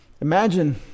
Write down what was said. Imagine